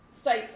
states